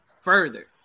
further